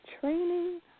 training